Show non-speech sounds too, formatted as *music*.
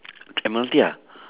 *noise* admiralty ah